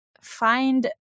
find